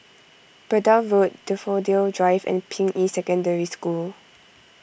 Braddell Road Daffodil Drive and Ping Yi Secondary School